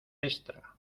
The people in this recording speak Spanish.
extra